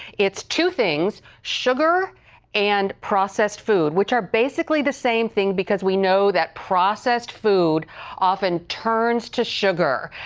it's two things. sugar and processed food which are basically the same thing because we know that processed food often turns to sugar.